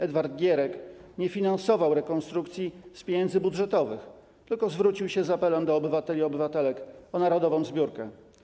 Edward Gierek nie finansował rekonstrukcji z pieniędzy budżetowych, tylko zwrócił się z apelem do obywateli i obywatelek o narodową zbiórkę.